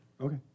Okay